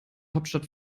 hauptstadt